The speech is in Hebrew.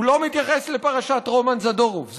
הוא לא מתייחס לפרשת רומן זדורוב,